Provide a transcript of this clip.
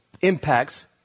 impacts